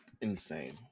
insane